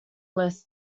list